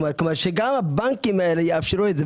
שגם הבנקים האלה יאפשרו את זה,